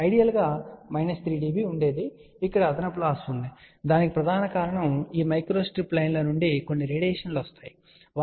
ideal గా minus 3 dB ఉండేది ఇక్కడ అదనపు లాస్ ఉంది దానికి ప్రధాన కారణం ఈ మైక్రోస్ట్రిప్ లైన్ల నుండి కొన్ని రేడియేషన్లు వస్తున్నాయి సరే